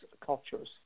cultures